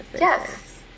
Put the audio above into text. Yes